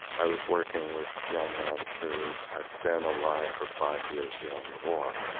i was working with young men who had been alive for five years beyond the war.